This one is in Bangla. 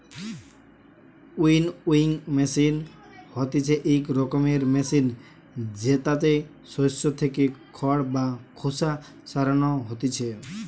উইনউইং মেশিন হতিছে ইক রকমের মেশিন জেতাতে শস্য থেকে খড় বা খোসা সরানো হতিছে